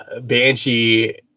Banshee